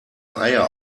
eier